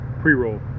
pre-roll